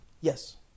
Yes